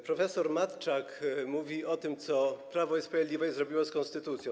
Prof. Matczak mówi o tym, co Prawo i Sprawiedliwość zrobiło z konstytucją.